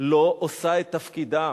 לא עושה את תפקידה.